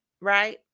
right